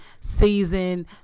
season